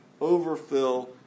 overfill